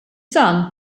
son